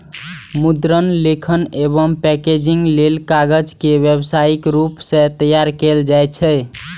मुद्रण, लेखन एवं पैकेजिंग लेल कागज के व्यावसायिक रूप सं तैयार कैल जाइ छै